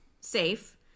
safe